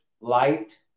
light